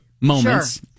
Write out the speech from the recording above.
moments